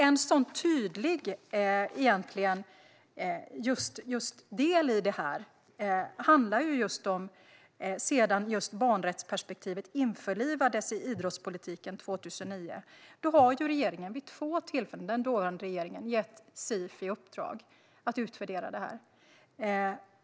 En tydlig del i det här handlar om att den dåvarande regeringen sedan barnrättsperspektivet införlivades i idrottspolitiken 2009 vid två tillfällen har gett CIF i uppdrag att utvärdera detta.